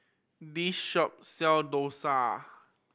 this shop sell dosa